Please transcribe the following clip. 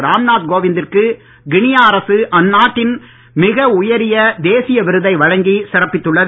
ராம்நாத் கோவிந்த் திற்கு கினியா அரசு அந்நாட்டின் மிக உயரிய தேசிய விருதை வழங்கி சிறப்பித்துள்ளது